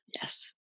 Yes